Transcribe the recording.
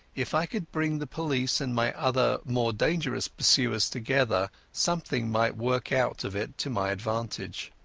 if i could bring the police and my other more dangerous pursuers together, something might work out of it to my advantage.